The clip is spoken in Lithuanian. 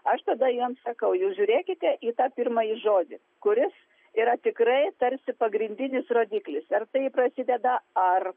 aš tada jiems sakau jūs žiūrėkite į tą pirmąjį žodį kuris yra tikrai tarsi pagrindinis rodiklis ar tai prasideda ar